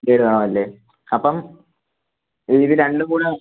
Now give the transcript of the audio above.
guide വേണമല്ലേ അപ്പം ഇത് രണ്ടും കൂടെ